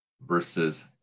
versus